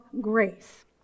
grace